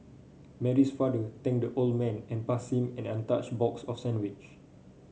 Mary's father thanked the old man and passed him an untouched box of sandwiche